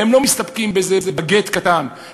הם לא מסתפקים באיזה באגט קטן,